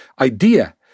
idea